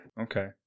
Okay